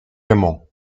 aimons